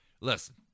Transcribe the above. Listen